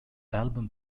album